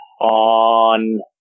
on